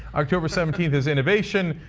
october seventeenth is innovation.